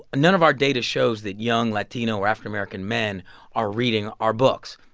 none of our data shows that young latino or african-american men are reading our books.